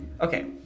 okay